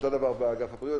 אותו דבר באגף הבריאות,